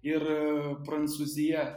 ir prancūzija